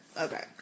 okay